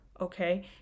okay